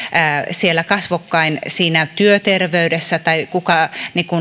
on kasvokkain työterveydessä tai kuka